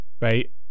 Right